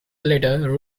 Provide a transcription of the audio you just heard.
later